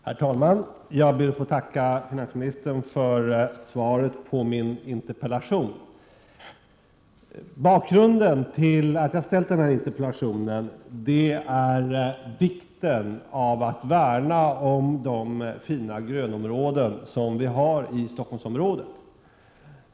Herr talman! Jag ber att få tacka finansministern för svaret på min interpellation. Bakgrunden till att jag ställt denna interpellation är vikten av att värna om de fina grönområden som vi har i Stockholmsområdet.